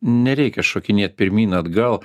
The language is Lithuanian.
nereikia šokinėt pirmyn atgal